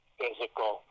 physical